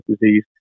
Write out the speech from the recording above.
disease